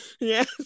Yes